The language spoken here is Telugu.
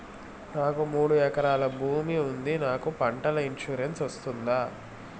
నాకు మూడు ఎకరాలు భూమి ఉంది నాకు పంటల ఇన్సూరెన్సు వస్తుందా?